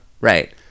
right